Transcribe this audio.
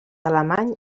alemany